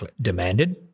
demanded